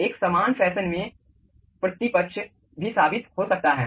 एक समान फैशन में प्रतिपक्ष भी साबित हो सकता है